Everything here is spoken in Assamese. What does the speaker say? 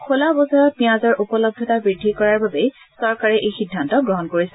খোলা বজাৰত পিঁয়াজৰ উপলব্ধতা বৃদ্ধি কৰাৰ বাবেই চৰকাৰে এই সিদ্ধান্ত লৈছে